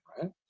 right